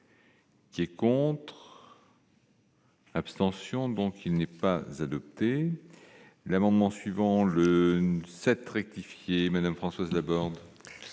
Qui compte. Abstention donc il n'est pas adopté l'amendement suivant le 7 rectifié et Madame Françoise Laborde.